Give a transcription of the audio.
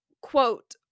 quote